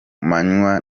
manywa